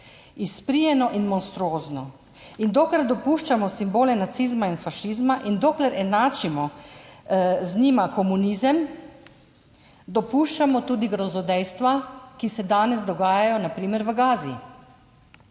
izprijeno in monstruozno. In dokler dopuščamo simbole nacizma in fašizma in dokler enačimo z njima komunizem, dopuščamo tudi grozodejstva, ki se danes dogajajo na primer v Gazi,